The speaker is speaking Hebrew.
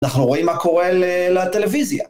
אנחנו רואים מה קורה לטלוויזיה.